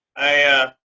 i